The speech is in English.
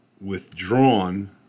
withdrawn